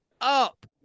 up